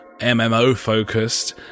MMO-focused